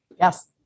Yes